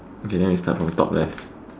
okay then we start from top left